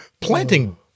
planting